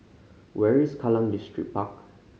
where is Kallang Distripark